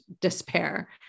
despair